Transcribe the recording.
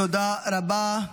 תודה רבה,